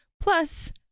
Plus